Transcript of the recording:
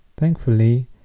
Thankfully